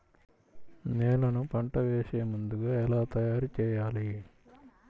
నేలను పంట వేసే ముందుగా ఎలా తయారుచేయాలి?